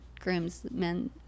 groomsmen